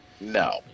No